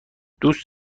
دوست